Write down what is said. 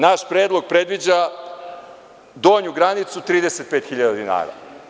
Naš predlog predviđa donju granicu 35.000 dinara.